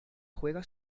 juega